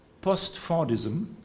post-Fordism